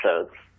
episodes